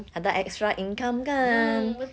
ada extra income kan